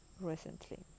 recently